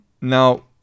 Now